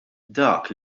dak